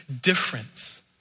difference